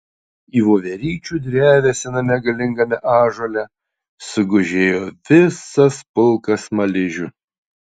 į voveryčių drevę sename galingame ąžuole sugužėjo visas pulkas smaližių